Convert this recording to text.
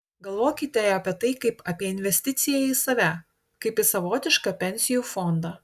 galvokite apie tai kaip apie į investiciją į save kaip į savotišką pensijų fondą